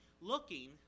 looking